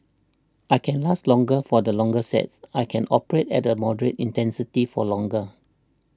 I can last longer for the longer sets I can operate at a moderate intensity for longer